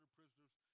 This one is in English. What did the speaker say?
prisoners